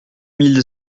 mille